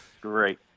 Great